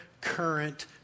current